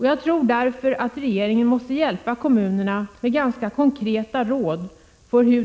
Jag tror därför att regeringen måste hjälpa kommunerna med ganska konkreta råd.